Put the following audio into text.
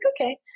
okay